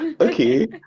okay